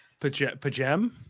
Pajem